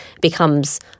becomes